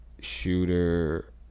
shooter